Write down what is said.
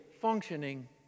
functioning